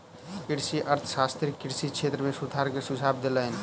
कृषि अर्थशास्त्री कृषि क्षेत्र में सुधार के सुझाव देलैन